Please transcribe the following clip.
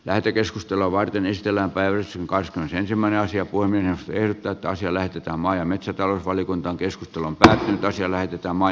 lähetekeskustelua vai pinnistellä väyrysen kanssa ensimmäisiä pulmia ei ota se lähetetään maa ja metsätalousvaliokuntaan keskittyvä lähentäisi lähetetään maan